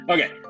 Okay